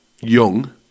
young